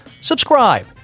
subscribe